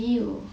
!eww!